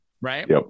Right